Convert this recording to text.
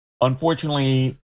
unfortunately